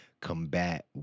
combat